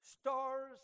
stars